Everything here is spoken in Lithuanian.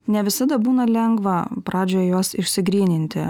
ne visada būna lengva pradžioj juos išsigryninti